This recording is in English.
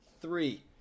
three